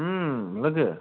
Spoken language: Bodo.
उम लोगो